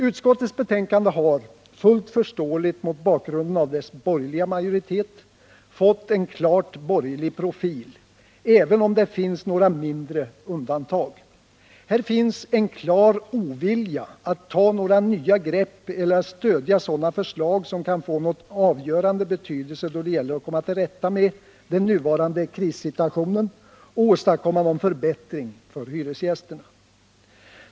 Utskottets betänkande har, fullt förståeligt mot bakgrunden av utskottets borgerliga majoritet, fått en klart borgerlig profil, även om det finns några mindre undantag. Här finns en klar ovilja att ta några nya grepp eller att stödja sådana förslag, som kan få någon avgörande betydelse då det gäller att komma till rätta med den nuvarande krissituationen och åstadkomma någon förbättring för hyresgästerna.